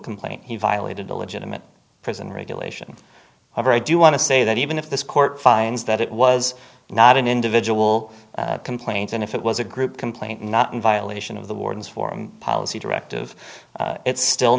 complaint he violated a legitimate prison regulation however i do want to say that even if this court finds that it was not an individual complaint and if it was a group complaint not in violation of the warden's foreign policy directive it's still